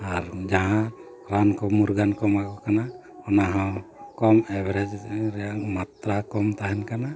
ᱟᱨ ᱡᱟᱦᱟᱸ ᱨᱟᱱ ᱠᱚ ᱢᱩᱨᱜᱟᱹᱱ ᱠᱚ ᱮᱢᱟᱠᱚ ᱠᱟᱱᱟ ᱚᱱᱟᱦᱚᱸ ᱠᱚᱢ ᱮᱵᱟᱨᱮᱡᱽ ᱨᱮ ᱢᱟᱛᱨᱟ ᱠᱚᱢ ᱛᱟᱦᱮᱱ ᱠᱟᱱᱟ